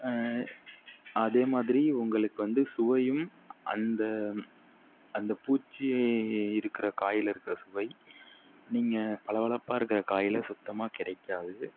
அதே மாதிரி உங்களுக்கு வந்து சுவையும் அந்த அந்த பூச்சி இருக்கிற காயில் இருக்கிற சுவை நீங்கள் பளபளப்பாக இருக்கிற காயில் சுத்தமாக கிடைக்காது